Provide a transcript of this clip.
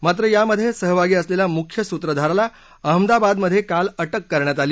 मात्र यामधे सहभागी असलेल्या मुख्य सूत्रधाराला अहमदाबादमधे काल अटक करण्यात आली